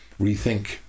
rethink